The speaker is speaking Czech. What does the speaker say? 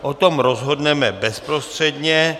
O tom rozhodneme bezprostředně.